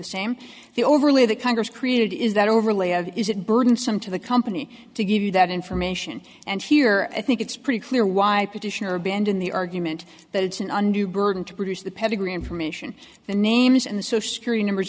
the same the overlay that congress created is that overlay of is it burdensome to the company to give you that information and here i think it's pretty clear why the petitioner abandon the argument that it's an undue burden to produce the pedigree information the names and so scary numbers